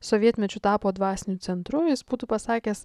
sovietmečiu tapo dvasiniu centru jis būtų pasakęs